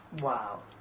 wow